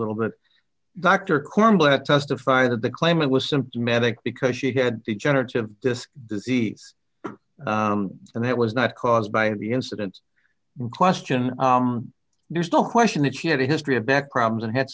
little bit dr corba testified that the claimant was symptomatic because she had degenerative disc disease and that was not caused by the incident in question there's no question that she had a history of back problems and ha